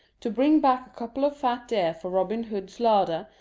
to bring back a couple of fat deer for robin hood's larder,